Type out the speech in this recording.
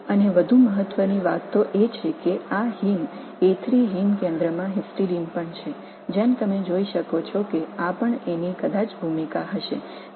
மேலும் முக்கியமாக இந்த ஹீம் a3 மையத்தில் ஒரு ஹிஸ்டிடினும் உள்ளது ஏனெனில் இவை கூட ஒரு பங்கைக் கொண்டுள்ளன என்பதை நீங்கள் காண்பீர்கள்